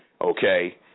okay